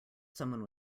someone